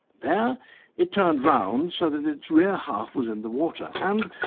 there it turned around so that its rear half was in the water and,